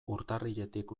urtarriletik